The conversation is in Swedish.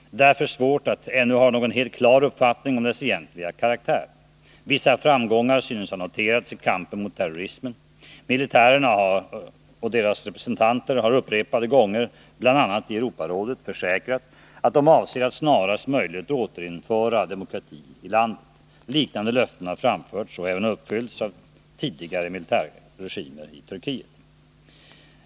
Det är därför svårt att ännu ha någon helt klar uppfattning om dess egentliga karaktär. Vissa framgångar synes ha noterats i kampen mot terrorismen. Militärerna och deras representanter har upprepade gånger bl.a. i Europarådet försäkrat att de avser att snarast möjligt återinföra demokrati i landet. Liknande löften har framförts och även uppfyllts av tidigare militärregimer i Turkiet.